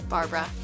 Barbara